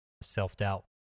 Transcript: self-doubt